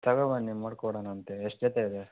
ತಗೋಬನ್ನಿ ಮಾಡ್ಕೊಡಣ ಅಂತೆ ಎಷ್ಟು ಜೊತೆ ಇದೆ